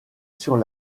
sur